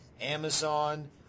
Amazon